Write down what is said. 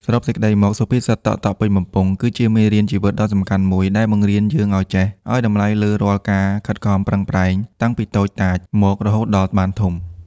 សរុបសេចក្តីមក សុភាសិត តក់ៗពេញបំពង់ គឺជាមេរៀនជីវិតដ៏សំខាន់មួយ ដែលបង្រៀនយើងឱ្យចេះ ឱ្យតម្លៃលើរាល់ការខិតខំប្រឹងប្រែងតាំងពីតូចតាចមករហូតដល់បានធំ។